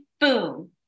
boom